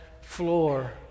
floor